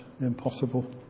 impossible